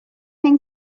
این